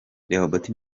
rehoboth